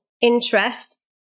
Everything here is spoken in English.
interest